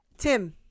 Tim